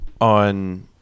on